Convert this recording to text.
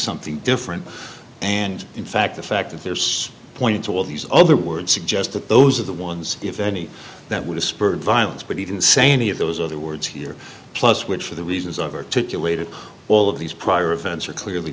something different and in fact the fact that there's points all these other words suggest that those are the ones if any that would have spurred violence but he didn't say any of those other words here plus which for the reasons i've articulated all of these prior events are clearly